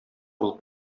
булып